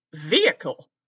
vehicle